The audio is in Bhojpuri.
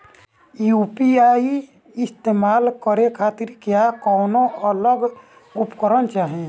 यू.पी.आई इस्तेमाल करने खातिर क्या कौनो अलग उपकरण चाहीं?